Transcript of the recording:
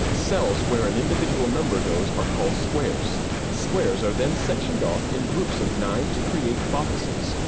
cells where an individual number goes are called squares squares are then sectioned off in groups of nine to create boxes.